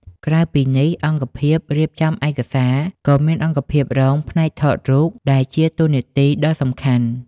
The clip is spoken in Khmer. ក្រៅពីនេះ អង្គភាពរៀបចំឯកសារក៏មាន អង្គភាពរងផ្នែកថតរូប ដែលជាតួនាទីដ៏សំខាន់។